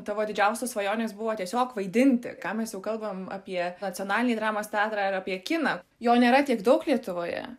tavo didžiausios svajonės buvo tiesiog vaidinti ką mes jau kalbam apie nacionalinį dramos teatrą ar apie kiną jo nėra tiek daug lietuvoje